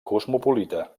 cosmopolita